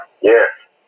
Yes